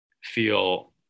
feel